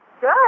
Good